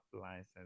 license